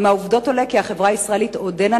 ומהעובדות עולה כי החברה הישראלית עודנה